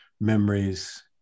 memories